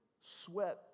sweat